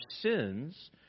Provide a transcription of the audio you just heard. sins